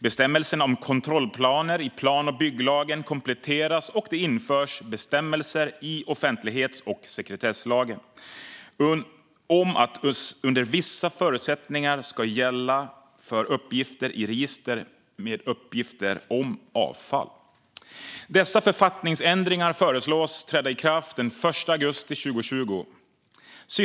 Bestämmelserna om kontrollplaner i plan och bygglagen kompletteras, och det införs bestämmelser i offentlighets och sekretesslagen om att sekretess under vissa förutsättningar ska gälla för uppgifter i ett register med uppgifter om avfall. Dessa författningsändringar föreslås träda i kraft den 1 augusti 2020.